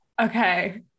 Okay